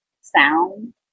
sound